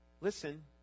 Listen